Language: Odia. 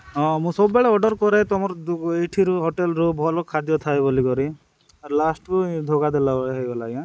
ହଁ ମୁଁ ସବୁବେଳେ ଅର୍ଡ଼ର୍ କରେ ତୁମର ଏଇଠିରୁ ହୋଟେଲ୍ରୁ ଭଲ ଖାଦ୍ୟ ଥାଏ ବୋଲିକରି ଆର୍ ଲାଷ୍ଟ୍କୁ ଧକା ଦେଲା ଭଳିଆ ହୋଇଗଲା ଆଜ୍ଞା